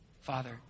Father